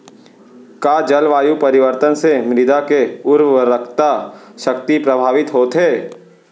का जलवायु परिवर्तन से मृदा के उर्वरकता शक्ति प्रभावित होथे?